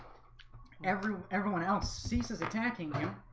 every everyone else ceases attacking you